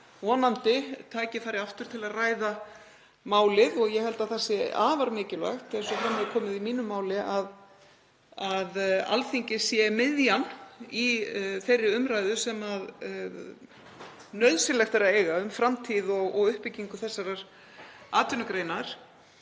vonandi aftur tækifæri til að ræða málið. Ég held að það sé afar mikilvægt, eins og fram hefur komið í mínu máli, að Alþingi sé miðjan í þeirri umræðu sem nauðsynlegt er að eiga um framtíð og uppbyggingu þessarar atvinnugreinar.